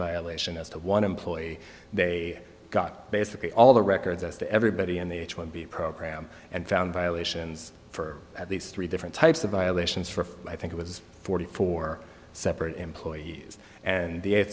violation as to one employee they got basically all the records as to everybody in the h one b program and found violations for at least three different types of violations for i think it was forty four separate employees and the